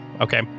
Okay